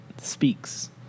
speaks